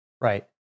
Right